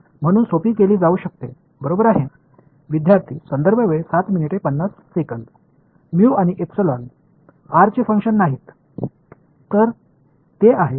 இங்கே நான் சோம்பேறியாக இருக்கிறேன் இன்னும் r இன் செயல்பாடு r நிச்சயமாக நிலையானது